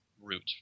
route